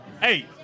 Hey